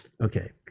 okay